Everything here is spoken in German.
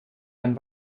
einen